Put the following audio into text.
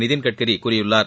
நிதின்கட்கரி கூறியுள்ளார்